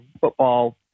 football